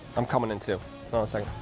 i'm coming in too.